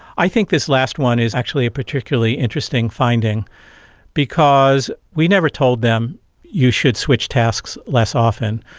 i think this last one is actually a particularly interesting finding because we never told them you should switch tasks less often,